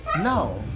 No